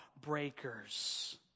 breakers